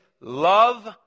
love